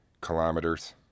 kilometers